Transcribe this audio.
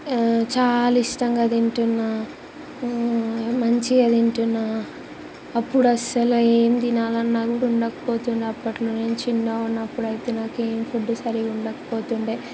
చాలా ఇష్టంగా తింటున్నాను మంచిగా తింటున్నానుఅప్పుడు అస్సలు ఏం తినాలన్నా కూడా ఉండకపోతుండే అప్పట్లోనుంచి ఇంట్లో ఉన్నట్టయితే నాకేం ఫుడ్డు సరిగా ఉండకపోతుండే